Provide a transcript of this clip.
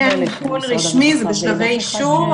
אבל זה כן נתון רשמי זה בשלבי אישור,